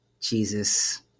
Jesus